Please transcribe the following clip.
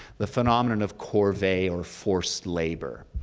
the phenomenon of corvee or forced labor.